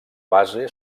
base